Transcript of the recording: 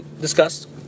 discussed